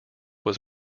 was